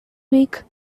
week